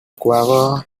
quaver